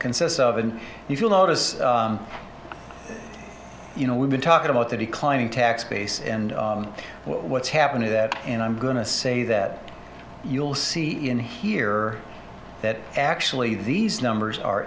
consists of and if you'll notice you know we've been talking about the declining tax base and what's happened in that and i'm going to say that you'll see in here that actually these numbers are